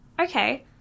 Okay